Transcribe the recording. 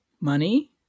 money